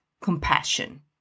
compassion